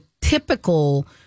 typical